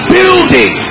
Building